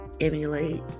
emulate